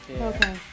Okay